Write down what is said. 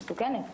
מסוכנת.